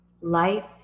life